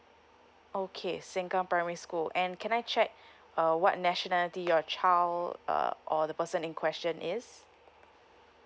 okay sengkang primary school and can I check uh what nationality your child uh or the person in question is